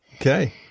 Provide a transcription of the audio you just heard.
Okay